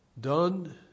done